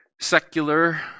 Secular